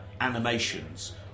animations